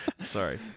sorry